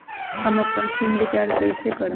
हम अपन sim recharge कइसे करम?